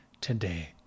today